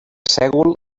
sègol